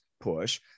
push